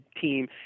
team